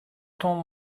tombe